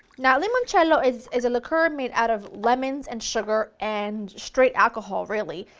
now limoncello is is a liquor made out of lemons and sugar and straight alcohol really.